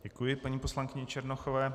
Děkuji paní poslankyni Černochové.